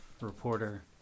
reporter